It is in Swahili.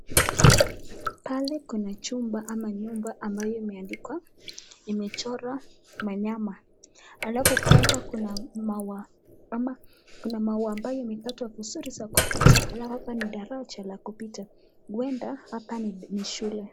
Pale kuna chumba ama nyumba ambayo imeandikwa , imechorwa manyama, alafu pale kuna maua ama kuna maua ambayo imekatwa vizuri za kuvutia alafu hapa ni daraja la kupita huenda hapa ni shule.